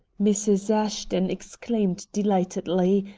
mrs. ashton exclaimed delightedly,